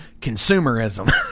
consumerism